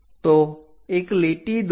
તો એક લીટી દોરો